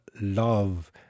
love